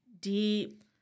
deep